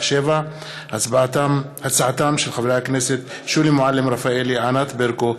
בהצעתם של חברי הכנסת מיקי לוי,